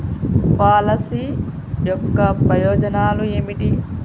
Policy యొక్క ప్రయోజనాలు ఏమిటి?